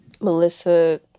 Melissa